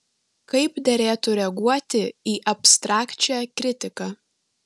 kaip derėtų reaguoti į abstrakčią kritiką